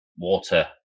water